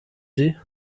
sie